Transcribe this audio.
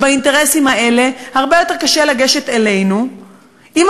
ועם האינטרסים האלה הרבה יותר קשה לגשת אלינו אם